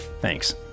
Thanks